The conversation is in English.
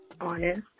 honest